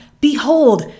Behold